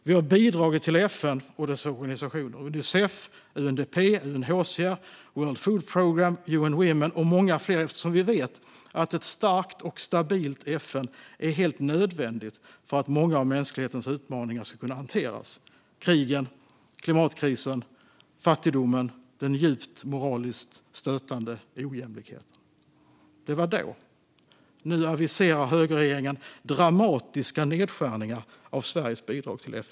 Vi har bidragit till FN och dess organisationer - Unicef, UNDP, UNHCR, World Food Programme, UN Women och många fler - eftersom vi vet att ett starkt och stabilt FN är helt nödvändigt för att många av mänsklighetens utmaningar ska kunna hanteras, såsom krigen, klimatkrisen, fattigdomen och den djupt moraliskt stötande ojämlikheten. Men det var då. Nu aviserar högerregeringen dramatiska nedskärningar av Sveriges bidrag till FN.